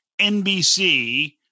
NBC